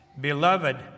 Beloved